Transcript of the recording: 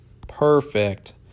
Perfect